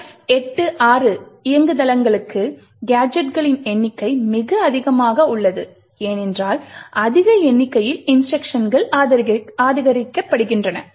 X86 இயங்குதளங்களுக்கு கேஜெட்களின் எண்ணிக்கை மிக அதிகமாக உள்ளது ஏனென்றால் அதிக எண்ணிக்கையில் இன்ஸ்ட்ருக்ஷன்கள் ஆதரிக்கப்படுகின்றன